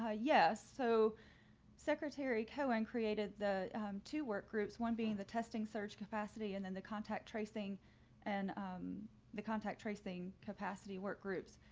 ah yes. so secretary cohen created the two work groups, one being the testing search capacity, and then the contact tracing and um the contact tracing capacity work groups,